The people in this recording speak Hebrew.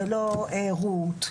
ולא רות,